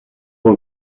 pour